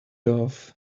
off